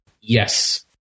yes